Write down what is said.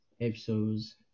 episodes